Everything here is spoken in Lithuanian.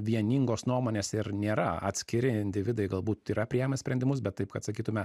vieningos nuomonės ir nėra atskiri individai galbūt yra priėmę sprendimus bet taip kad sakytume